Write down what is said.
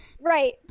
Right